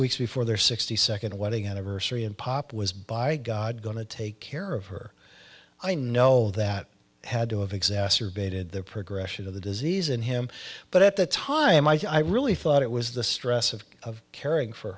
weeks before their sixty second wedding anniversary and pop was by god going to take care of her i know that had to have exacerbated the progression of the disease in him but at the time i think i really thought it was the stress of of caring for